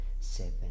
seven